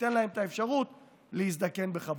ותיתן להם אפשרות להזדקן בכבוד.